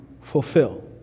fulfill